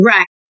Right